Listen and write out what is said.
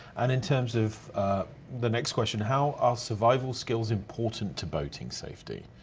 and in terms of the next question. how are survival skills important to boating safety?